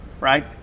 right